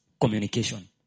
communication